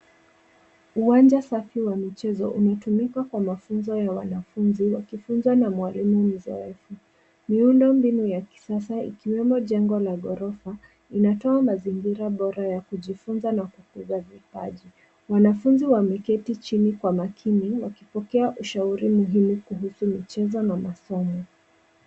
Uwanja safi wa michezo unatumika kwa mafunzo ya wanafunzi wakifunzwa na mwalimu mzee. Miundo mbinu ya kisasa ikiwemo jengo la ghorofa inatoa mazingira bora ya kujifunza na kukuza vipaji. Wanafunzi wameketi chini kwa makini wakipokea ushauri muhimu kuhusu michezo na masomo.